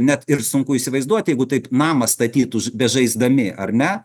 net ir sunku įsivaizduoti jeigu taip namą statytų bežaisdami ar ne